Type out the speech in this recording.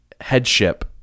headship